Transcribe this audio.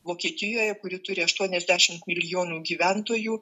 vokietijoje kuri turi aštuoniasdešimt milijonų gyventojų